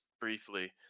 briefly